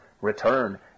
return